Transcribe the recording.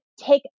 take